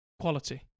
quality